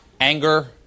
anger